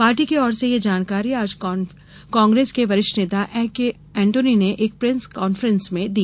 party की ओर से यह जानकारी आज कांग्रेस के वरिष्ठ नेता ए के अण्टोनी ने एक प्रेस कांफ्रेंस में दी